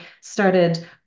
started